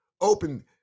Open